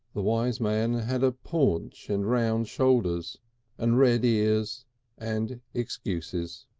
the wise man had a paunch and round shoulders and red ears and excuses.